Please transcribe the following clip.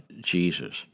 Jesus